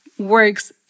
works